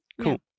Cool